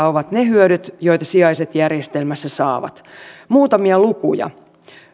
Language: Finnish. ovat ne hyödyt joita sijaiset järjestelmässä saavat muutamia lukuja